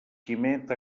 quimet